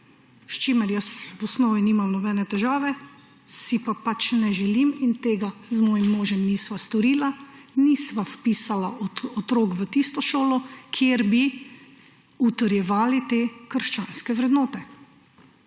s čimer jaz v osnovi nimam nobene težave, si pač ne želim in tega z mojim možem nisva storila, nisva vpisala otrok v tisto šolo, kjer bi utrjevali te krščanske vrednote.